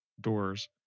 doors